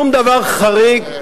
שום דבר חריג,